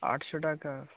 আটশো টাকা